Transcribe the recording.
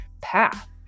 path